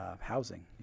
housing